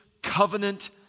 covenant